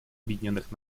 объединенных